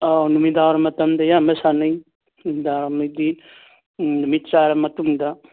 ꯑꯥꯎ ꯅꯨꯃꯤꯗꯥꯡꯋꯥꯏ ꯃꯇꯝꯗ ꯑꯌꯥꯝꯕ ꯁꯥꯟꯅꯩ ꯅꯨꯃꯤꯗꯥꯡꯋꯥꯏꯒꯤ ꯅꯨꯃꯤꯠ ꯆꯥꯔ ꯃꯇꯨꯡꯗ